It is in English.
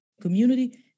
community